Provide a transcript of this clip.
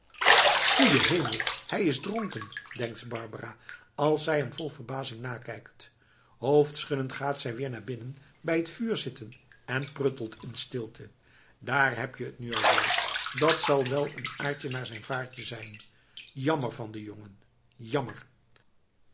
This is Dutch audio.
goeie hemel hij is dronken denkt barbara als zij hem vol verbazing nakijkt hoofdschuddend gaat zij weer naar binnen bij het vuur zitten en pruttelt in stilte daar heb t t nu al weer dat zal wel een aardje naar zijn vaartje zijn jammer van den jongen jammer